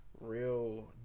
real